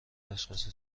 اشخاص